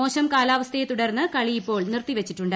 മോശം കാലാവസ്ഥയെ തുടർന്ന് കളി ഇപ്പോൾ നിർത്തി വച്ചിട്ടുണ്ട്